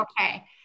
Okay